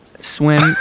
swim